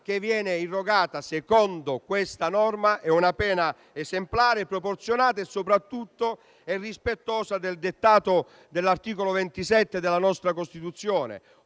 che viene irrogata secondo questa norma è però esemplare e proporzionata e soprattutto rispettosa del dettato dell'articolo 27 della nostra Costituzione: